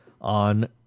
on